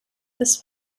this